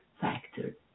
factor